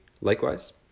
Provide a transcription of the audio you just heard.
likewise